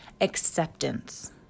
Acceptance